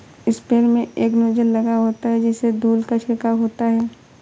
sprayer में एक nozzle लगा होता है जिससे धूल का छिड़काव होता है